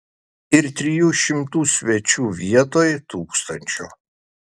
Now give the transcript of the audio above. ir trijų šimtų svečių vietoj tūkstančio